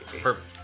Perfect